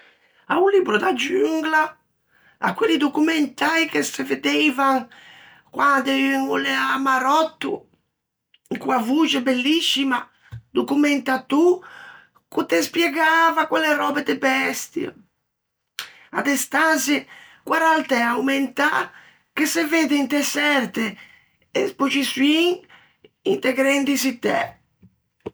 A-o Libbro da Jungla, à quelli documentäi che se veddeivan quande un o l'ea maròtto, co-a voxe belliscima do commentatô che o te spiegava quelle röbe de bestie; à de stançie con a realtæ aumentâ che se vedde inte çerte espoxiçioin inte grendi çittæ.